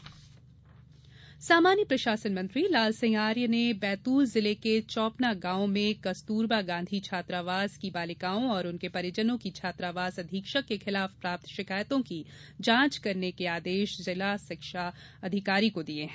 लाल सिंह आर्य सामान्य प्रशासन मंत्री लाल सिंह आर्य ने बैतूल जिले के चौपना गांव में कस्तूरबा गांधी छात्रावास की बालिकाओं और उनके परिजनों की छात्रावास अधीक्षक के खिलाफ प्राप्त शिकायतों की जांच करने के आदेश जिला शिक्षा अधिकारियों को दिए हैं